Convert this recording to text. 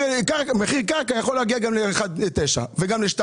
מחיר קרקע יכול להגיע גם ל-1.9 וגם ל-2.